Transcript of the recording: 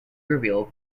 revealed